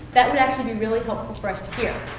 that would actually be really helpful for us to hear,